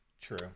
true